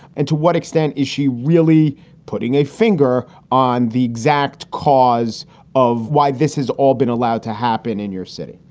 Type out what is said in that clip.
and to what extent is she really putting a finger on the exact cause of why this has all been allowed to happen in your city?